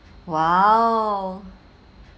!wow!